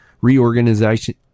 reorganization